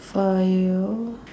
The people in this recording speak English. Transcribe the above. for you